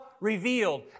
Revealed